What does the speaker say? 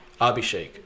Abhishek